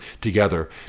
together